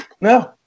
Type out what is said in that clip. No